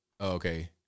Okay